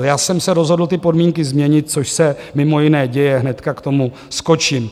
Já jsem se rozhodl ty podmínky změnit, což se mimo jiné děje, hnedka k tomu skočím.